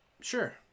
Sure